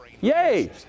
Yay